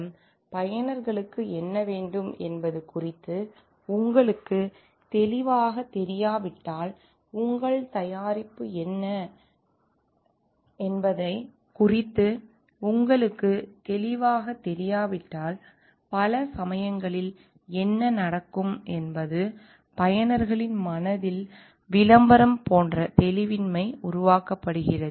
இறுதிப் பயனர்களுக்கு என்ன வேண்டும் என்பது குறித்து உங்களுக்குத் தெளிவாகத் தெரியாவிட்டால் உங்கள் தயாரிப்பு என்ன வழங்கப் போகிறது என்பது குறித்து உங்களுக்குத் தெளிவாகத் தெரியாவிட்டால் பல சமயங்களில் என்ன நடக்கும் என்பது பயனர்களின் மனதில் விளம்பரம் போன்ற தெளிவின்மை உருவாக்கப்படுகிறது